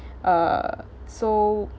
uh so